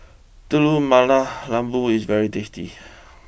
Telur Mata Lembu is very tasty